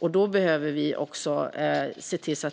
Därför behöver